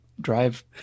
drive